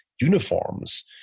uniforms